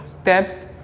steps